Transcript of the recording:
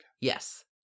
Yes